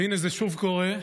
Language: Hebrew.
והינה, זה שוב קורה.